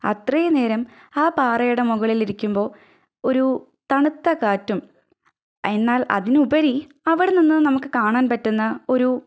അത്രയുന്നേരം ആ പാറയുടെ മുകളിലിരിക്കുമ്പോൾ ഒരു തണുത്ത കാറ്റും എന്നാല് അതിനുപരി അവിടെ നിന്നു നമുക്ക് കാണാന് പറ്റുന്ന ഒരു